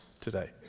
today